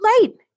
late